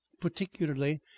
particularly